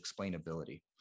explainability